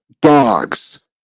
dogs